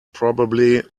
probably